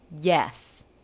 Yes